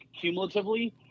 cumulatively